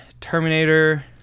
Terminator